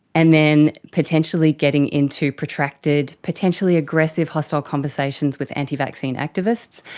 and then potentially getting into protracted, potentially aggressive hostile conversations with anti-vaccine activists.